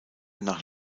nach